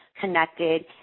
connected